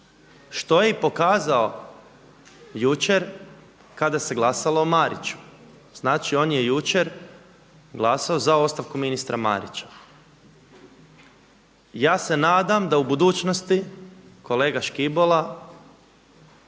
što je i pokazao jučer kada se glasalo o Mariću. Znači on je jučer glasao za ostavku ministra Marića. Ja se nadam da u budućnosti kolega Škibola